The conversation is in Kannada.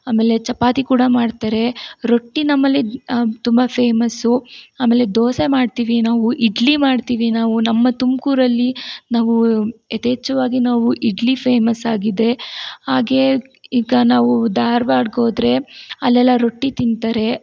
ಆಮೇಲೆ ಚಪಾತಿ ಕೂಡ ಮಾಡ್ತಾರೆ ರೊಟ್ಟಿ ನಮ್ಮಲ್ಲಿ ತುಂಬ ಫೇಮಸ್ಸು ಆಮೇಲೆ ದೋಸೆ ಮಾಡ್ತೀವಿ ನಾವು ಇಡ್ಲಿ ಮಾಡ್ತೀವಿ ನಾವು ನಮ್ಮ ತುಮಕೂರಲ್ಲಿ ನಾವು ಯಥೇಚ್ಚವಾಗಿ ನಾವು ಇಡ್ಲಿ ಫೇಮಸ್ ಆಗಿದೆ ಹಾಗೇ ಈಗ ನಾವು ಧಾರ್ವಾಡಕ್ಕೋದ್ರೆ ಅಲ್ಲೆಲ್ಲ ರೊಟ್ಟಿ ತಿಂತಾರೆ